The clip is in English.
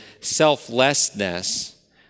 selflessness